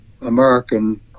American